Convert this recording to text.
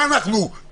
מה, אנחנו טיפשים?